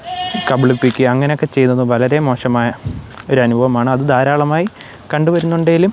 കബളിപ്പിക്കാ അങ്ങനെയൊക്കെ ചെയ്യുന്നത് വളരെ മോശമായ ഒരു അനുഭവമാണ് അത് ധാരാളമായി കണ്ട് വരുന്നുണ്ടെങ്കിലും